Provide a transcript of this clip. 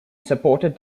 supported